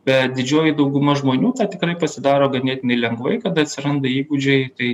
bet didžioji dauguma žmonių tikrai pasidaro ganėtinai lengvai kada atsiranda įgūdžiai tai